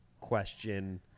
question